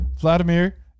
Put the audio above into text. vladimir